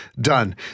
done